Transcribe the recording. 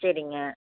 சரிங்க